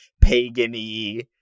pagan-y